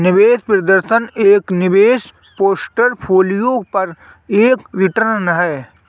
निवेश प्रदर्शन एक निवेश पोर्टफोलियो पर एक रिटर्न है